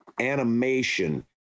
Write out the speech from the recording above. animation